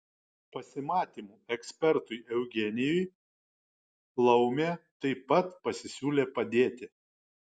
pasimatymų ekspertui eugenijui laumė taip pat pasisiūlė padėti